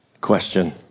question